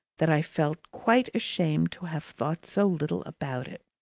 that i felt quite ashamed to have thought so little about it.